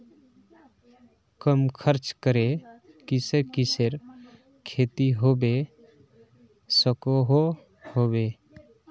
कम खर्च करे किसेर किसेर खेती होबे सकोहो होबे?